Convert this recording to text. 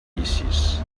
vicis